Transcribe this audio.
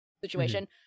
situation